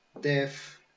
death